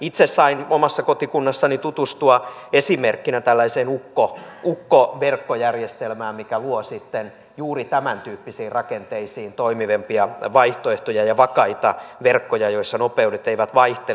itse sain omassa kotikunnassani tutustua esimerkkinä tällaiseen ukkoverkot järjestelmään mikä luo sitten juuri tämäntyyppisiin rakenteisiin toimivampia vaihtoehtoja ja vakaita verkkoja joissa nopeudet eivät vaihtele